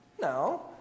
No